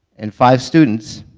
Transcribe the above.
and five students